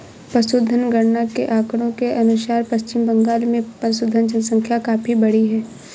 पशुधन गणना के आंकड़ों के अनुसार पश्चिम बंगाल में पशुधन जनसंख्या काफी बढ़ी है